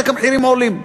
רק המחירים עולים.